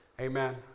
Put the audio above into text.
Amen